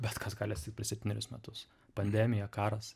bet kas gali atsitikt per septynerius metus pandemija karas